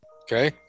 Okay